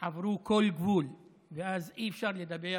עברו כל גבול, ואז אי-אפשר לדבר